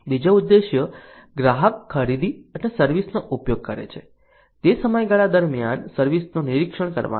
બીજો ઉદ્દેશ ગ્રાહક ખરીદી અને સર્વિસ નો ઉપયોગ કરે છે તે સમયગાળા દરમિયાન સર્વિસ નું નિરીક્ષણ કરવાનો છે